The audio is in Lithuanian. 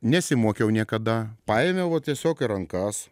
nesimokiau niekada paėmiau tiesiog rankas